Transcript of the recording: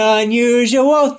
unusual